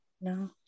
no